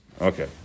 Okay